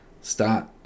start